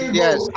yes